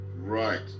Right